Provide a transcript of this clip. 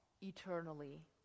eternally